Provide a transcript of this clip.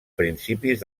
principis